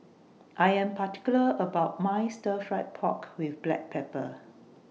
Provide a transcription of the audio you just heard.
I Am particular about My Stir Fried Pork with Black Pepper